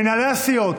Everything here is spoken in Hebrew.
מנהלי הסיעות,